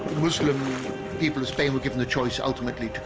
muslim people of spain were given the choice ultimately